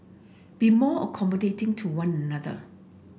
be more accommodating to one another